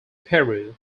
peru